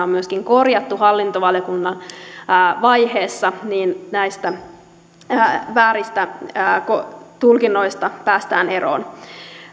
on myöskin korjattu hallintovaliokunnan vaiheessa näistä vääristä tulkinnoista päästään eroon